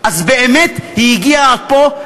אז באמת היא הגיעה עד פה,